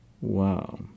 Wow